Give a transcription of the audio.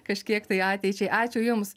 kažkiek tai ateičiai ačiū jums